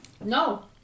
No